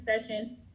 session